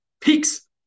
peaks